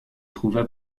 trouva